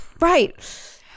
Right